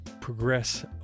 progress